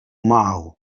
معه